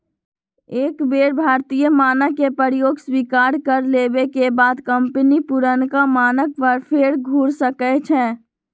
एक बेर भारतीय मानक के प्रयोग स्वीकार कर लेबेके बाद कंपनी पुरनका मानक पर फेर घुर सकै छै